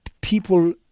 people